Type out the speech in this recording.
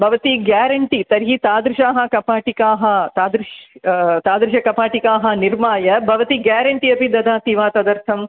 भवती ग्यारण्टी तर्हि तादृशाः कपाटिकाः तादृश् तादृशकपाटिकाः निर्माय भवती ग्यारण्टि अपि ददाति वा तदर्थं